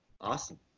Awesome